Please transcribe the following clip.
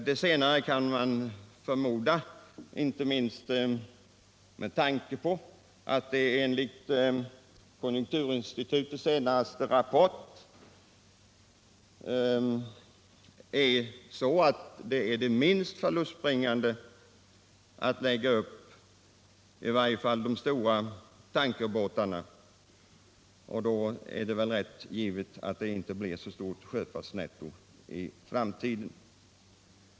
Detta senare är en stark förmodan, inte minst med tanke på att det enligt konjunkturinstitutets senaste rapport är minst förlustbringande att helt enkelt lägga upp i varje fall de stora tankbåtarna. Det är väl då givet att det inte blir så stort sjöfartsnetto i framtiden.